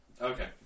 Okay